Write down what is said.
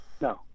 No